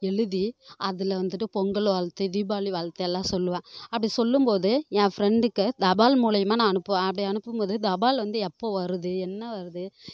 எழுதி அதில் வந்துவிட்டு பொங்கல் வாழ்த்து தீபாவளி வாழ்த்து எல்லாம் சொல்லுவேன் அப்படி சொல்லும்போது என் ஃப்ரெண்டுக்கு தபால் மூலியமாக நான் அனுப்புவேன் அப்படி அனுப்பும்போது தபால் வந்து எப்போ வருது என்ன வருது